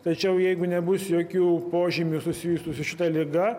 tačiau jeigu nebus jokių požymių susijusių su šita liga